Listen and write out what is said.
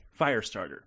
Firestarter